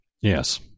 Yes